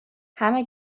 همه